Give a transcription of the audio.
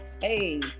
hey